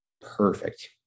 perfect